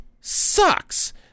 sucks